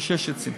מקושש עצים.